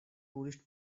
tourists